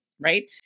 right